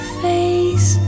face